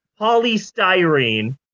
polystyrene